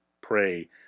pray